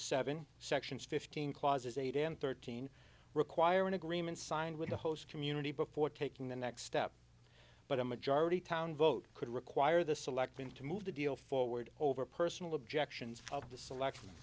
seven sections fifteen clauses eight and thirteen require an agreement signed with the host community before taking the next step but a majority town vote could require the selectmen to move the deal forward over personal objections of the select